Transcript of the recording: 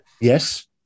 Yes